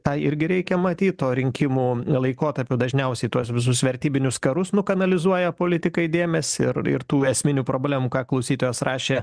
tą irgi reikia matyt o rinkimų laikotarpiu dažniausiai tuos visus vertybinius karus nukanalizuoja politikai dėmesį ir tų esminių problemų ką klausytojas rašė